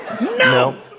No